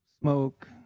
smoke